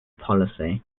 policy